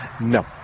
No